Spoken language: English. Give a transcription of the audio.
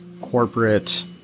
corporate